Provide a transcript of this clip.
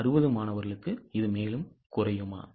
160 மாணவர்களுக்கு இது மேலும் குறையுமா